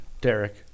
Derek